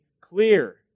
clear